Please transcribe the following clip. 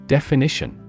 Definition